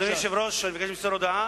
תודה.